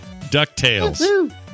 DuckTales